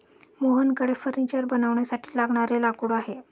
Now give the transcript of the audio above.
मोहनकडे फर्निचर बनवण्यासाठी लागणारे लाकूड आहे